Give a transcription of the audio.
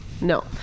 No